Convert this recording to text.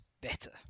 better